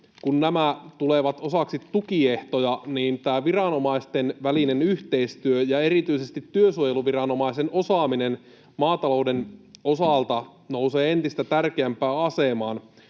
kun nämä tulevat osaksi tukiehtoja, tämä viranomaisten välinen yhteistyö ja erityisesti työsuojeluviranomaisen osaaminen maatalouden osalta nousevat entistä tärkeämpään asemaan.